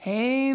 Hey